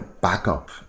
backup